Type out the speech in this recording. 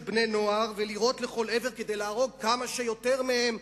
בני-נוער ולירות לכל עבר כדי להרוג כמה שיותר מהם,